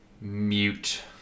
mute